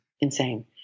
insane